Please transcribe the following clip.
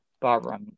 Barbara